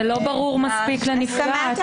זה לא ברור מספיק לנפגעת.